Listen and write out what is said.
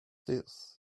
this